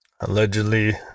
allegedly